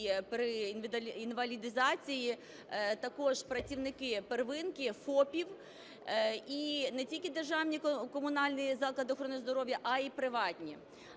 при інвалідизації, також працівники первинки, ФОПів і не тільки державні і комунальні заклади охорони здоров'я, а і приватні.